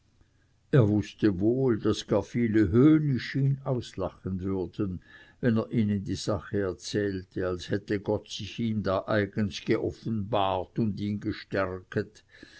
er wußte wohl daß gar viele höhnisch ihn auslachen würden wenn er ihnen die sache erzählte als hätte gott sich ihm da eigens geoffenbart und ihn gestärket